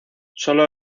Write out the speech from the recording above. sólo